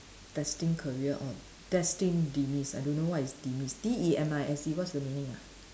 destined career or destined demise I don't know what is demise D E M I S E what's the meaning ah